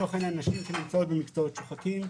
כמו כן נשים שנמצאות במקצועות שוחקים.